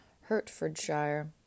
Hertfordshire